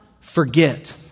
forget